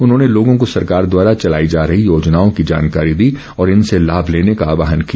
उन्होंने लोगों को सरकार द्वारा चलाई जा रही योजनाओं की जानकारी दी और इनसे लाभ लेने का आहवान किया